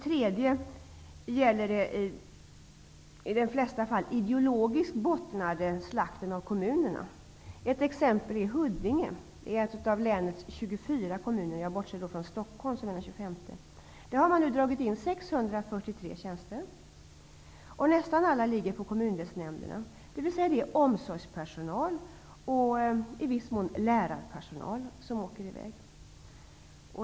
Vidare gäller det den i de flesta fall ideologiskt bottnade slakten av kommunerna. Ett exempel är Huddinge, en av länets 24 kommuner -- jag bortser från Stockholms kommun, som ju är den 25:e. I Huddinge har man dragit in 643 tjänster -- nästan alla i kommundelsnämnderna. Det är alltså omsorgspersonal och i viss mån lärarpersonal som får gå.